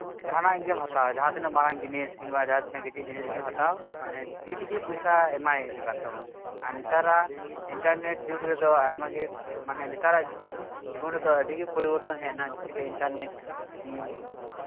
ᱡᱟᱦᱟᱸᱱᱟᱜ ᱜᱮᱢ ᱦᱟᱛᱟᱣ ᱡᱟᱦᱟᱸ ᱛᱤᱱᱟᱹᱜ ᱢᱟᱨᱟᱝ ᱡᱤᱱᱤᱥ ᱠᱤᱝᱵᱟ ᱡᱟᱦᱟᱸ ᱛᱤᱱᱟᱹᱜ ᱠᱟᱹᱴᱤᱡ ᱡᱤᱱᱤᱥ ᱜᱮᱢ ᱦᱟᱛᱟᱣ ᱢᱟᱱᱮ ᱛᱤ ᱛᱮᱜᱮ ᱯᱚᱭᱥᱟ ᱮᱢᱟᱭ ᱦᱩᱭᱩᱜ ᱠᱟᱱ ᱛᱟᱢᱟ ᱟᱨ ᱱᱮᱛᱟᱨᱟᱜ ᱤᱱᱴᱟᱨᱱᱮᱴ ᱫᱩᱜᱽ ᱨᱮᱫᱚ ᱟᱭᱢᱟ ᱜᱮ ᱢᱟᱱᱮ ᱱᱮᱛᱟᱨᱟᱜ ᱡᱩᱜᱽ ᱨᱮᱫᱚ ᱟᱹᱰᱤ ᱜᱮ ᱯᱚᱨᱤᱵᱚᱨᱛᱚᱱ ᱦᱮᱡ ᱮᱱᱟ ᱡᱮᱥᱭᱥᱮ ᱠᱤ ᱤᱱᱴᱟᱨᱱᱮᱴ ᱩᱸᱜ